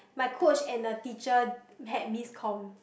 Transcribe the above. my coach and the teacher had miscomm